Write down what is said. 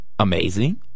Amazing